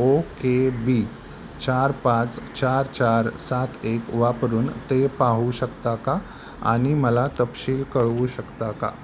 ओ K B चार पाच चार चार सात एक वापरून ते पाहू शकता का आणि मला तपशील कळवू शकता का